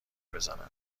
بزنم